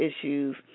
issues